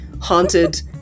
haunted